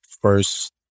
first